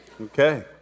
Okay